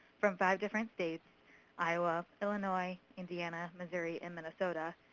from five different states iowa, illinois, indiana, missouri, and minnesota.